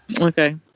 Okay